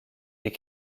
est